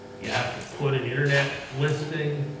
you have to put an internet listing.